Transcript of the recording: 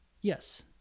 Yes